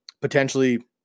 potentially